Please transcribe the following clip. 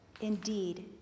Indeed